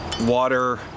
water